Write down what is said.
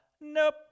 nope